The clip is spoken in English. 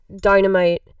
dynamite